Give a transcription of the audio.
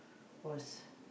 was